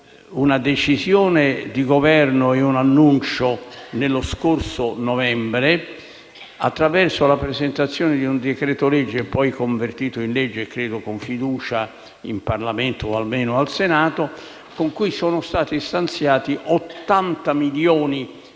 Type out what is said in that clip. una decisione di Governo e un annuncio nello scorso novembre attraverso la presentazione di un decreto-legge, poi convertito in legge con votazione, credo, della fiducia in Parlamento o, almeno, al Senato; decreto con cui sono stati stanziati 80 milioni